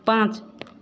पाँच